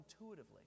intuitively